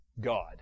God